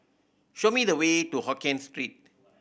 show me the way to Hokkien Street